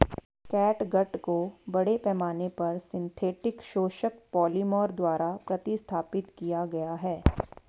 catgut को बड़े पैमाने पर सिंथेटिक शोषक पॉलिमर द्वारा प्रतिस्थापित किया गया है